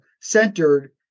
centered